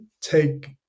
take